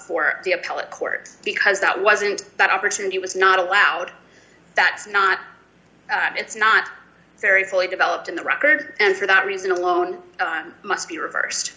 appellate court because that wasn't that opportunity was not allowed that's not it's not very fully developed in the record and for that reason alone must be reversed